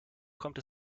kommt